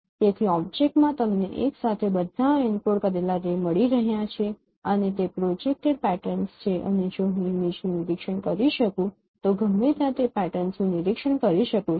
તેથી ઓબ્જેક્ટમાં તમને એક સાથે બધા એન્કોડ કરેલા રે મળી રહ્યા છે અને તે પ્રોજેકટેડ પેટર્ન્સ છે અને જો હું ઇમેજનું નિરીક્ષણ કરી શકું તો ગમે ત્યાં તે પેટર્ન્સનું નિરીક્ષણ કરી શકું છું